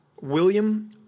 William